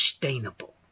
sustainable